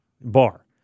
bar